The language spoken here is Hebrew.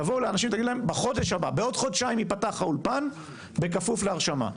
תבואו לאנשים תגידו להם בעוד חודשיים ייפתח האולפן בכפוף להרשמה.